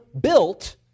built